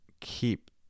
keep